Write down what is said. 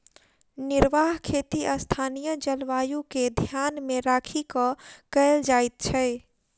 निर्वाह खेती स्थानीय जलवायु के ध्यान मे राखि क कयल जाइत छै